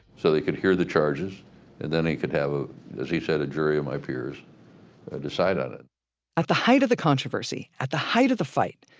so they could hear the charges and then he could have, as he said, a jury of my peers ah decide on it at the height of the controversy, at the height of the fight,